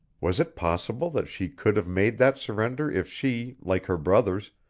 was it possible that she could have made that surrender if she, like her brothers,